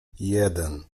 jeden